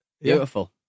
beautiful